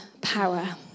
power